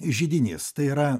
židinys tai yra